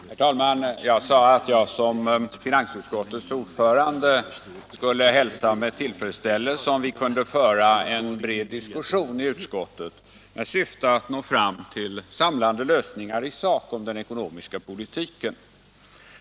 Herr talman! Jag sade att jag som finansutskottets ordförande skulle hälsa med tillfredsställelse om vi kunde föra en bred diskussion i utskottet med syfte att nå fram till samlande lösningar i sak om den ekonomiska politiken.